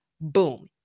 Boom